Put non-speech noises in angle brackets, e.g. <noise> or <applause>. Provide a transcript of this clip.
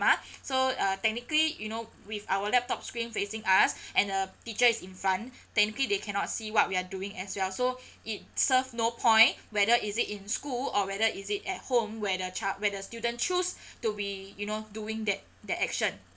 <breath> so uh technically you know with our laptop screen facing us <breath> and a teacher is in front technically they cannot see what we're doing as well so <breath> it serve no point whether is it in school or whether is it at home where the child where the student choose <breath> to be you know doing that that action